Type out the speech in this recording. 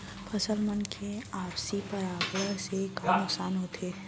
फसल मन के आपसी परागण से का का नुकसान होथे?